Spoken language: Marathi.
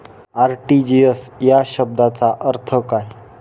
आर.टी.जी.एस या शब्दाचा अर्थ काय?